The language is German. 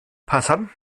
passanten